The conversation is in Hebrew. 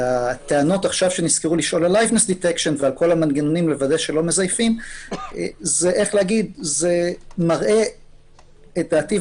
והטענות שנזכרו לשאול על כל המנגנונים לוודא שלא מזייפים זה מראה לדעתי,